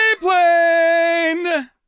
plane